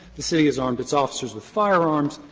the city has armed its officers with firearms,